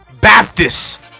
Baptist